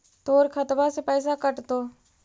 तोर खतबा से पैसा कटतो?